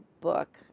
book